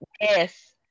Yes